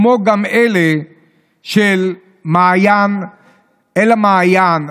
כמו גם אלה של אל המעיין,